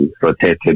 rotated